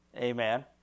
Amen